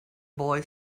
boy